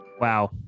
Wow